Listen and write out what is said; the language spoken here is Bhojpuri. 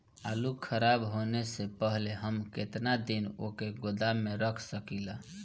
आलूखराब होने से पहले हम केतना दिन वोके गोदाम में रख सकिला?